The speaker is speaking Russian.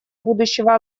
будущего